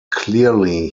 clearly